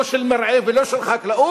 לא של מרעה ולא של חקלאות,